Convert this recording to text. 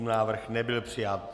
Návrh nebyl přijat.